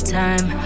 time